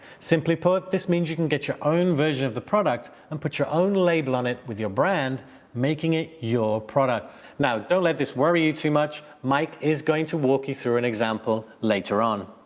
simply put, this means you can get your own version of the product and put your own label on it with your brand making it your product. now, don't let this worry you too much. mike is going to walk you through an example later on.